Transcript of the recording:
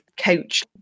coach